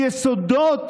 זה מיסודות